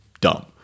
dumb